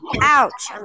Ouch